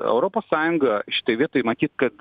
europos sąjunga šitoj vietoj matyt kad